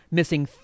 missing